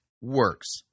works